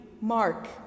Mark